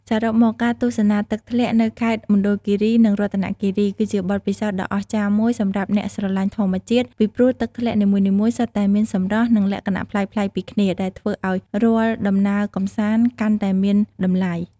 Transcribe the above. សរុបមក ការទស្សនាទឹកធ្លាក់នៅខេត្តមណ្ឌលគិរី និងរតនគិរី គឺជាបទពិសោធន៍ដ៏អស្ចារ្យមួយសម្រាប់អ្នកស្រឡាញ់ធម្មជាតិ ពីព្រោះទឹកធ្លាក់នីមួយៗសុទ្ធតែមានសម្រស់ និងលក្ខណៈប្លែកៗពីគ្នា ដែលធ្វើឲ្យរាល់ដំណើរកម្សាន្តកាន់តែមានតម្លៃ។